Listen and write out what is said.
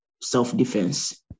self-defense